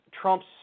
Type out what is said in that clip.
Trump's